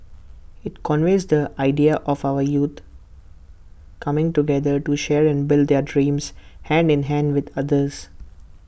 IT conveys the ideal of our youth coming together to share and build their dreams hand in hand with others